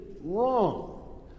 wrong